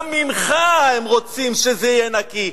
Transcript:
גם ממך הם רוצים שזה יהיה נקי.